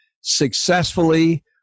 successfully